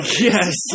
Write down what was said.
Yes